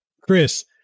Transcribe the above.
Chris